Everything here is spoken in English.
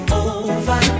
over